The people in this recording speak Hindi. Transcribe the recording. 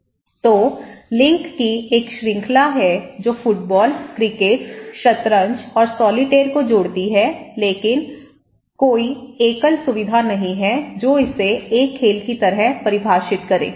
तो लिंक की एक श्रृंखला है जो फुटबॉल क्रिकेट शतरंज और सॉलिटेयर को जोड़ती है लेकिन कोई एकल सुविधा नहीं है जो इसे एक खेल की तरह परिभाषित करें